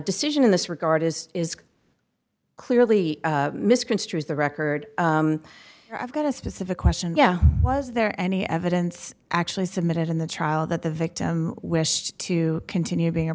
decision in this regard is is clearly misconstrues the record i've got a specific question was there any evidence actually submitted in the trial that the victim wished to continue being a